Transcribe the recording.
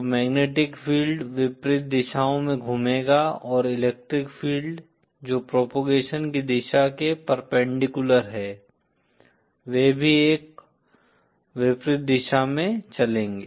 तो magnetic field विपरीत दिशाओं में घूमेगा और इलेक्ट्रिक फील्ड जो प्रोपोगेशन की दिशा के परपेंडिकुलर हैं वे भी एक विपरीत दिशा में चलेंगे